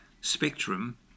spectrum